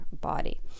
body